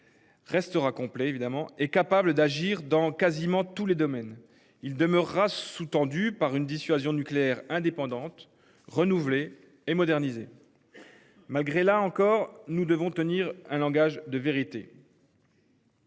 Restera complet évidemment est capable d'agir dans quasiment tous les domaines, il demeurera sous-tendu par une dissuasion nucléaire indépendante renouvelée et modernisée. Malgré, là encore, nous devons tenir un langage de vérité.